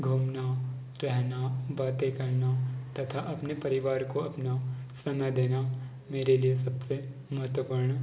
घूमना रहना बातें करना तथा अपने परिवार को अपना समय देना मेरे लिए सबसे महत्वपूर्ण